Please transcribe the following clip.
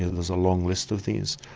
there's a long list of these.